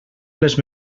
les